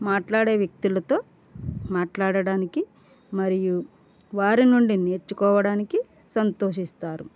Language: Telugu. మాట్లాడే వ్యక్తులతో మాట్లాడడానికి మరియు వారి నుండి నేర్చుకోవడానికి సంతోషిస్తారు